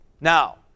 Now